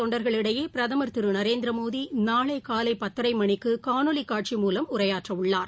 தொண்டர்கள் இடையேபிரதமர் திருநரேந்திரமோடிநாளைகாவைபத்தரைமணிக்குகாணொலிக் காட்சி மூவம் உரையாற்றவுள்ளார்